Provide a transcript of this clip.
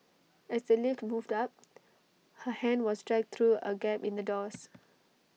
as the lift moved up her hand was dragged through A gap in the doors